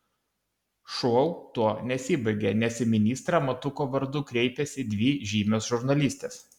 šou tuo nesibaigia nes į ministrą matuko vardu kreipiasi dvi žymios žurnalistės